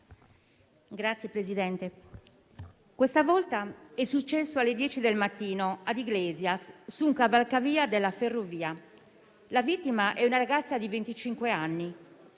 Signor Presidente, questa volta è successo alle ore 10 del mattino a Iglesias, su un cavalcavia della ferrovia. La vittima è una ragazza di